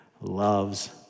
loves